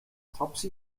topsy